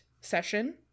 session